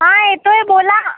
हा येतोय बोला